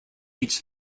age